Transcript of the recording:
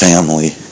family